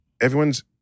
everyone's